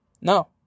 No